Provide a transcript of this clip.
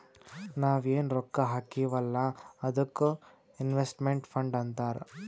ನಾವ್ ಎನ್ ರೊಕ್ಕಾ ಹಾಕ್ತೀವ್ ಅಲ್ಲಾ ಅದ್ದುಕ್ ಇನ್ವೆಸ್ಟ್ಮೆಂಟ್ ಫಂಡ್ ಅಂತಾರ್